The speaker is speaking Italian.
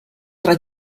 tra